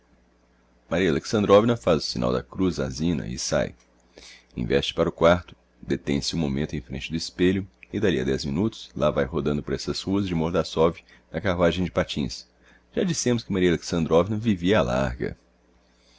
adeus maria alexandrovna faz o signal da cruz á zina e sae investe para o quarto detem se um momento em frente do espelho e d'alli a dez minutos lá vae rodando por essas ruas de mordassov na carruagem de patins já dissemos que maria alexandrovna vivia á larga